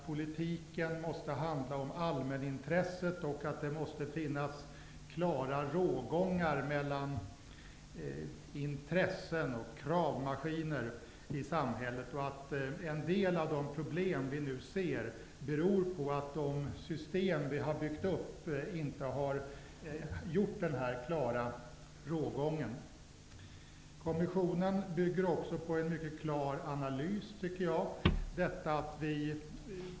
Politiken måste handla om allmänintresset. Det måste finnas klara rågångar mellan intressen och kravmaskiner i samhället. En del av de problem som vi nu ser beror på att de system vi har byggt upp inte har dragit denna klara rågång. Kommissionens förslag bygger enligt min mening också på en mycket klar analys.